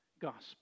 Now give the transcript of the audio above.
gospel